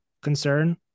concern